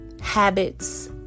habits